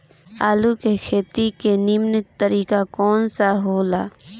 आलू के खेती के नीमन तरीका कवन सा हो ला?